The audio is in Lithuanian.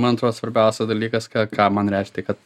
man atro svarbiausias dalykas ką ką man reikš tai kad